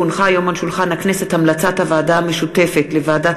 כי הונחה היום על שולחן הכנסת המלצת הוועדה המשותפת לוועדת